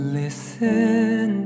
listen